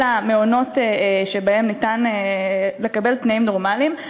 המעונות שבהם ניתן לקבל תנאים נורמליים.